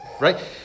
Right